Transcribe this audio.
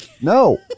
no